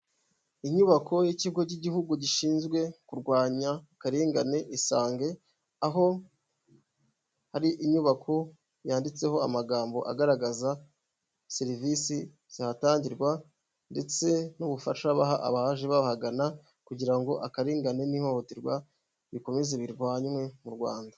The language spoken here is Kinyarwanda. Inyubako y'ikigo cy'igihugu gishinzwe kurwanya akarengane isange, aho hari inyubako yanditseho amagambo agaragaza serivisi zihatangirwa, ndetse n'ubufasha abaje bahagana ,kugira ngo akarengane n'ihohoterwa rikomeze birwanywe mu rwanda.